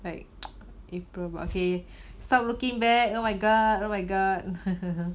like april but okay stop looking back oh my god oh my god